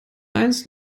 eins